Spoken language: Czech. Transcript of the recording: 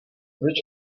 proč